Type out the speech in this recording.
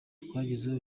twagezeho